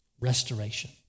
restoration